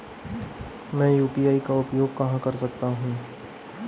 मैं यू.पी.आई का उपयोग कहां कर सकता हूं?